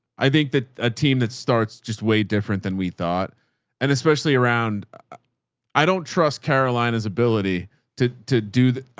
i think that a team that starts just way different than we thought and especially around i don't trust carolina's ability to to do that.